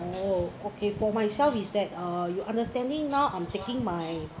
oh okay for myself is that uh you understanding now I'm checking my